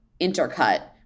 intercut